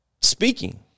speaking